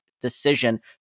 decision